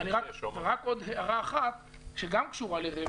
עוד הערה אחת, שגם קשורה לרמ"י.